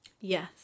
Yes